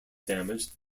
damaged